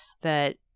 that-